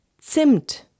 Zimt